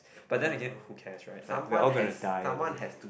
but then again who cares right like we are all going to die anyway